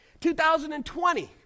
2020